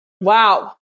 Wow